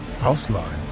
Houseline